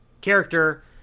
character